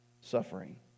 suffering